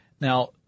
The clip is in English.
Now